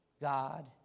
God